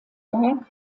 werk